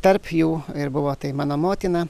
tarp jų ir buvo tai mano motina